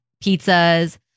pizzas